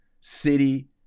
City